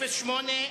גם בסעיף 08,